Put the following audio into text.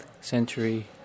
century